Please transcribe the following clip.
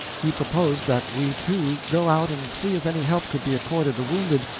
he proposed that we two go out and see if any help could be accorded the wounded.